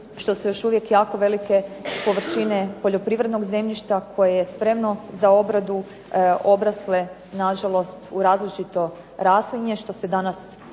što se još uvijek jako velike površine poljoprivrednog zemljišta, koje je spremno za obradu obrasle na žalost u različito raslinje što se danas